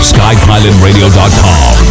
SkyPilotRadio.com